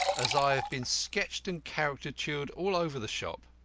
as i have been sketched and caricatured all over the shop.